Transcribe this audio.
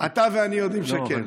אתה ואני יודעים שכן.